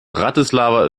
bratislava